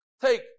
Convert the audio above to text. Take